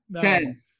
Ten